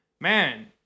Man